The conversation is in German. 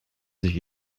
sich